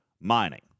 mining